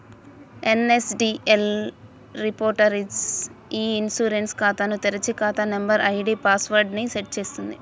NSDL repository e insurance ఖాతాను తెరిచి, ఖాతా నంబర్, ఐడీ పాస్ వర్డ్ ని సెట్ చేస్తుంది